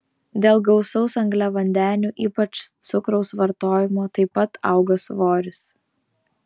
dėl gausaus angliavandenių ypač cukraus vartojimo taip pat auga svoris